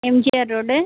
M G R road